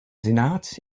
senat